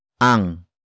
Ang